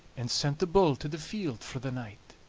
and sent the bull to the field for the night.